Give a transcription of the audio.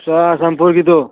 ꯆꯨꯔꯥꯆꯥꯟꯄꯨꯔꯒꯤꯗꯣ